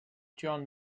john